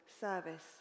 service